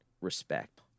respect